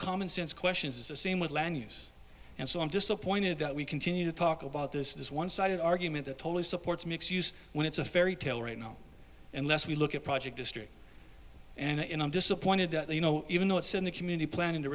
common sense questions is the same with lang use and so i'm disappointed that we continue to talk about this as one sided argument that totally supports makes us when it's a fairy tale right now unless we look at project history and i'm disappointed that you know even though it's in the community planning to